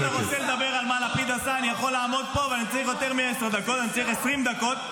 מי שיש לו כבוד למשרד החוץ לא מתייחס